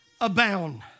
abound